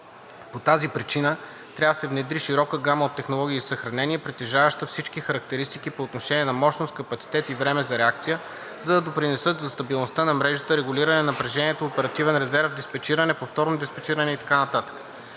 По тази причина трябва да се внедри широка гама от технологии за съхранение, притежаващи всички характеристики по отношение на мощност, капацитет и време за реакция, за да допринесат за стабилността на мрежата, регулиране на напрежението, оперативен резерв, диспечиране, повторно диспечиране и така